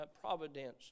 providence